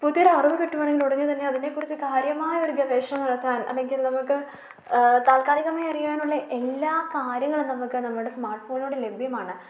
പുതിയൊരു അറിവ് കിട്ടുകയാണെങ്കിൽ ഉടനെ തന്നെ അതിനെക്കുറിച്ച് കാര്യമായ ഒരു ഗവേഷണം നടത്താൻ അല്ലെങ്കിൽ നമുക്ക് താൽക്കാലികമായി അറിയാനുള്ള എല്ലാ കാര്യങ്ങളും നമുക്ക് നമ്മുടെ സ്മാർട്ട് ഫോണിലൂടെ ലഭ്യമാണ്